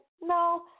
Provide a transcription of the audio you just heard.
No